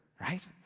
right